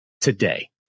today